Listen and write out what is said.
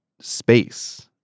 space